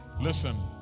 Listen